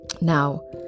Now